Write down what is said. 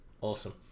Awesome